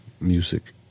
music